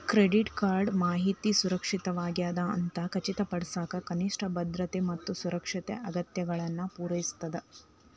credit card ಮಾಹಿತಿ ಸುರಕ್ಷಿತವಾಗ್ಯದ ಅಂತ ಖಚಿತಪಡಿಸಕ ಕನಿಷ್ಠ ಭದ್ರತೆ ಮತ್ತ ಸುರಕ್ಷತೆ ಅಗತ್ಯತೆಗಳನ್ನ ಪೂರೈಸ್ತದ